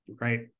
right